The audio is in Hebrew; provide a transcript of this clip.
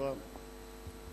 לטובת כולם.